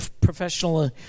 professional